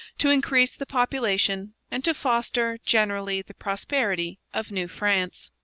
to increase the population, and to foster generally the prosperity of new france.